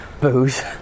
booze